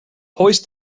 hoist